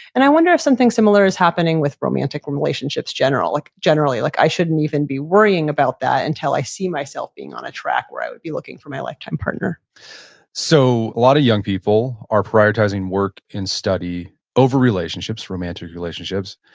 and i wonder if something similar is happening with romantic relationships like generally. like i shouldn't even be worrying about that until i see myself being on a track where i would be looking for my lifetime partner so, a lot of young people are prioritizing work and study over relationships, romantic relationships.